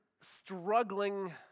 struggling